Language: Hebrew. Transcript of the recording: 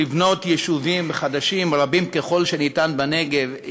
לבנות יישובים חדשים רבים ככל שניתן בנגב,